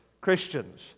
Christians